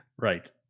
Right